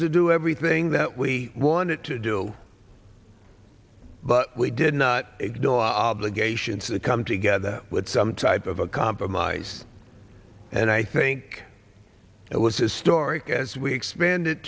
to do everything that we wanted to do but we did not know obligation to come together with some type of a compromise and i think it was historic as we expanded